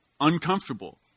Uncomfortable